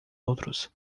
outros